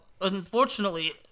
unfortunately